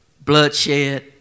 bloodshed